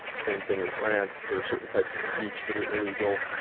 same thing in france, there are certain types of speech that are illegal.